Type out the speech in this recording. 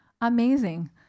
amazing